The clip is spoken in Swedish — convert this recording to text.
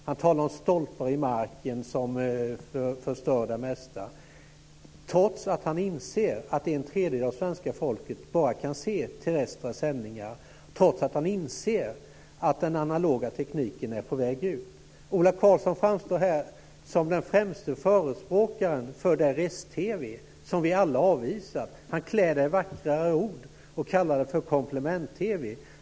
Han talar om stolpar i marken som förstör det mesta, trots att han inser att en tredjedel av svenska folket kan se bara terrestra sändningar och trots att han inser att den analoga tekniken är på väg ut. Ola Karlsson framstår här som den främste förespråkaren för den rest-TV som vi alla avvisar. Han klär det i vackra ord och kallar det för komplement-TV.